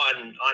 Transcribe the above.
on